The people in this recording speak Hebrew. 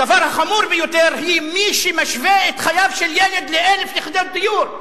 הדבר החמור ביותר הוא מי שמשווה את חייו של ילד ל-1,000 יחידות דיור,